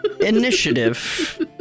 initiative